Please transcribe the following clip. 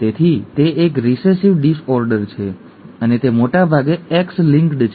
તેથી તે એક રિસેસિવ ડિસઓર્ડર છે અને તે મોટે ભાગે X લિંક્ડ છે